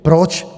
Proč?